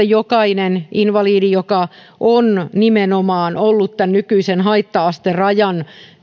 jokainen invalidi joka on nimenomaan ollut tämän nykyisen haitta asterajan